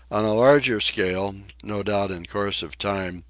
on a larger scale, no doubt in course of time,